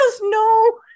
no